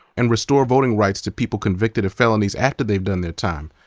and restore voting rights to people convicted of felonies after they've done their time.